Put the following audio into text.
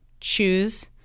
choose